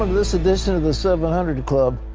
this edition of the seven hundred club.